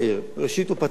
ראשית, הוא פתח את זה.